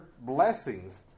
blessings